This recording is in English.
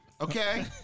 Okay